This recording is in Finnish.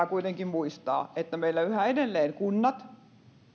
kuitenkin muistaa että tällä hetkellä meillä yhä edelleen kunnat